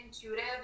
intuitive